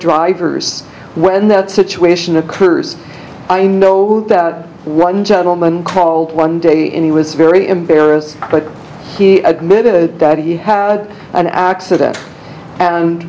drivers when that situation occurs i know that one gentleman called one day and he was very embarrassed but he admitted that he had an accident and